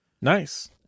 Nice